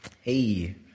Hey